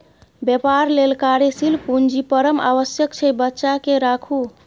बेपार लेल कार्यशील पूंजी परम आवश्यक छै बचाकेँ राखू